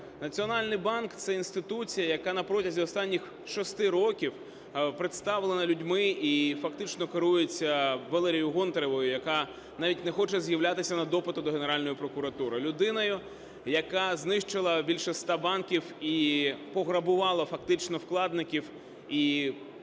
Національний банк – це інституція, яка на протязі останніх шести років представлена людьми і фактично керується Валерією Гонтаревою, яка навіть не хоче з'являтися на допити до Генеральної прокуратури, людиною, яка знищила більше 100 банків і пограбувала фактично вкладників і